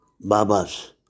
Baba's